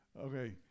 Okay